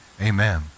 Amen